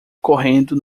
correndo